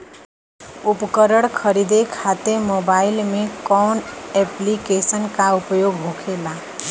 उपकरण खरीदे खाते मोबाइल में कौन ऐप्लिकेशन का उपयोग होखेला?